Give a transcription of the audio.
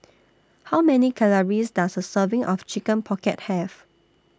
How Many Calories Does A Serving of Chicken Pocket Have